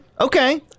okay